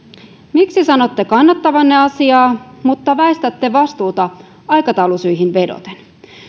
miksi sanotte kannattavanne asiaa mutta väistätte vastuuta aikataulusyihin vedoten